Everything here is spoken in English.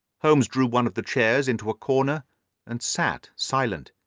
holmes drew one of the chairs into a corner and sat silent,